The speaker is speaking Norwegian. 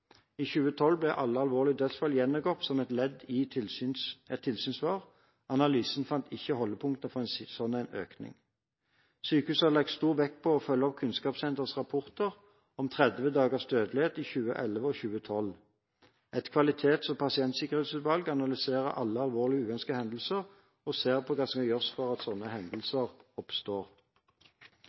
I 2012 ble alle alvorlige dødsfall gjennomgått som ledd i et tilsynssvar. Analysen fant ikke holdepunkter for en slik økning. Sykehuset har lagt stor vekt på å følge opp Kunnskapssenterets rapporter om 30 dagers dødelighet i 2011 og 2012. Et kvalitets- og pasientsikkerhetsutvalg analyserer alle alvorlige uønskede hendelser og ser på hva som kan gjøres for å hindre at slike hendelser oppstår.